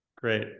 great